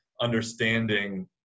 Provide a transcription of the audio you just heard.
understanding